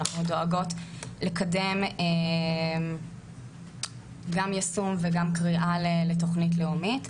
אנחנו דואגות לקדם גם יישום וגם קריאה לתוכנית לאומית.